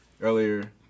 Earlier